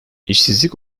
i̇şsizlik